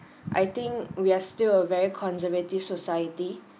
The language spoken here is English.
I think we're still a very conservative society